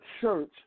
church